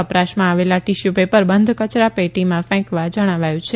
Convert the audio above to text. વપરાશમાં આવેલા tissue paper બંધ કચરાપેટીમાં ફેંકવા જણાવાયું છે